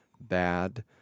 bad